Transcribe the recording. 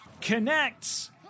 connects